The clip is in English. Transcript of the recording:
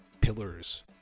pillars